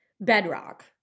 bedrock